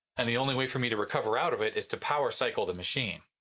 and the only way for me to recover out of it is to power cycle the machine.